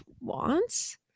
wants